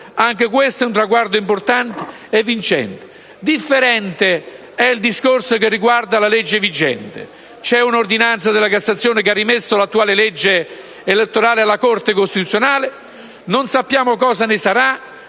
Anche questo è un traguardo importante e vincente. Differente è il discorso che riguarda la legge vigente. C'è un'ordinanza della Cassazione che ha rimesso l'attuale legge elettorale alla Corte costituzionale; non sappiamo cosa ne sarà,